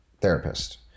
therapist